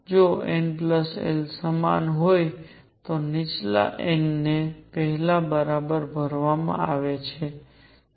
અને જો n l સમાન હોય તો નીચલા n ને પહેલા બરાબર ભરવામાં આવે છે